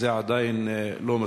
זה עדיין לא מספיק.